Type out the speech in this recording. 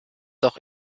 doch